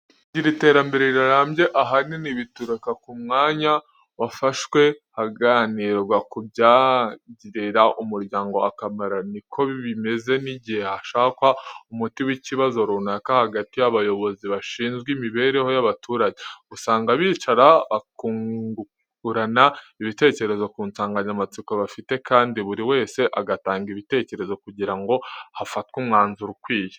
Kugira iterambere rirambye ahanini bituruka ku mwanya wafashwe haganirwa ku byagirira umuryango akamaro. Ni ko bimeze n'igihe hashakwa umuti w'ikibazo runaka hagati y'abayobozi bashinzwe imibereho y'abaturage. Usanga bicara bakungurana ibitekerezo ku nsanganyamatsiko bafite kandi buri wese agatanga ibitekerezo kugira ngo hafatwe umwanzuro ukwiye.